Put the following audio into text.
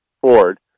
Ford